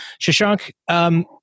Shashank